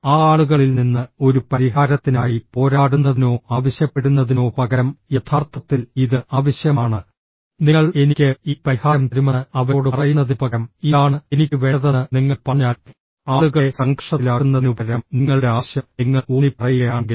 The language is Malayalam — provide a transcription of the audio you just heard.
ആ ആളുകളിൽ നിന്ന് ഒരു പരിഹാരത്തിനായി പോരാടുന്നതിനോ ആവശ്യപ്പെടുന്നതിനോ പകരം യഥാർത്ഥത്തിൽ ഇത് ആവശ്യമാണ് നിങ്ങൾ എനിക്ക് ഈ പരിഹാരം തരുമെന്ന് അവരോട് പറയുന്നതിനുപകരം ഇതാണ് എനിക്ക് വേണ്ടതെന്ന് നിങ്ങൾ പറഞ്ഞാൽ ആളുകളെ സംഘർഷത്തിലാക്കുന്നതിനുപകരം നിങ്ങളുടെ ആവശ്യം നിങ്ങൾ ഊന്നിപ്പറയുകയാണെങ്കിൽ